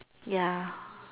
ya